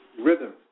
rhythm